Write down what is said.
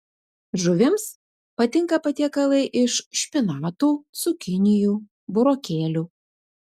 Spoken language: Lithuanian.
žuvims patinka patiekalai iš špinatų cukinijų burokėlių